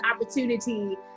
opportunity